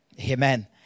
Amen